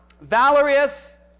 valerius